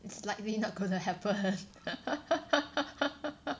it's likely not gonna happen